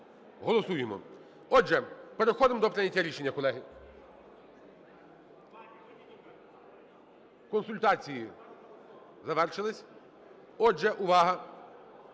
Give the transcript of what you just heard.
Голосуємо! Отже, переходимо до прийняття рішення, колеги. Консультації завершились. Отже, увага!